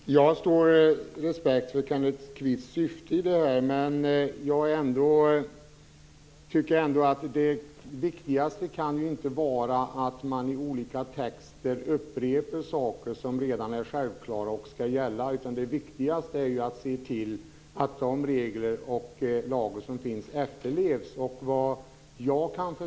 Fru talman! Jag har stor respekt för Kenneth Kvists syfte, men jag tycker ändå att det viktigaste inte kan vara att man i olika texter upprepar saker som redan är självklara och skall gälla. Det viktigaste är att se till att de regler och lagar som finns efterlevs.